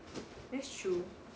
that's true